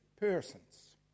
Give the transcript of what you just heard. persons